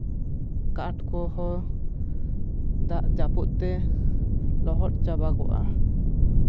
ᱠᱟᱴᱷ ᱠᱚᱦᱚᱸ ᱫᱟᱜ ᱡᱟᱹᱯᱩᱫ ᱛᱮ ᱞᱚᱦᱚᱫ ᱪᱟᱵᱟ ᱠᱚᱜᱼᱟ